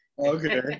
Okay